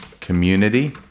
community